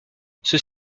ceux